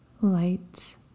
Light